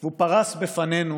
והוא פרס בפנינו